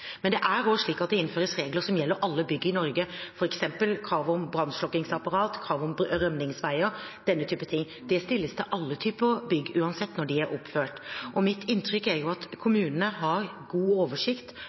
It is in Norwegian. men det er også slik at det innføres regler som gjelder alle bygg i Norge, f.eks. kravet om brannslokkingsapparat, kravet om rømningsveier – denne typen ting. Det stilles til alle typer bygg uansett når de er oppført. Mitt inntrykk er at